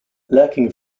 lacking